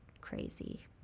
crazy